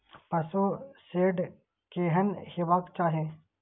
पशु शेड केहन हेबाक चाही?